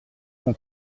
son